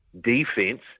defense